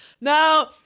no